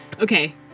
Okay